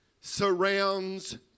surrounds